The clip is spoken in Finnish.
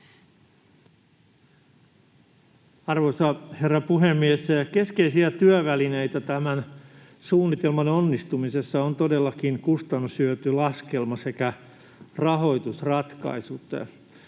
Arvoisa herra puhemies! Keskeisiä työvälineitä tämän suunnitelman onnistumisessa ovat todellakin kustannushyötylaskelma sekä rahoitusratkaisut.